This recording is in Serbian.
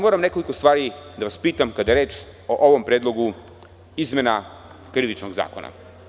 Moram nekoliko stvari da vas pitam, kada je reč o ovom predlogu izmena Krivičnog zakona.